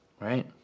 Right